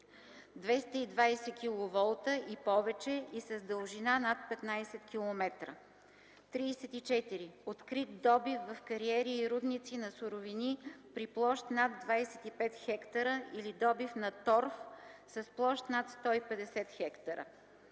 220 kV и повече и с дължина над 15 км. 34. Открит добив в кариери и рудници на суровини при площ над 25 хектара или добив на торф с площ над 150 хектара.